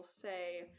say